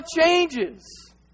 changes